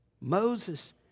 Moses